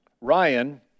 Ryan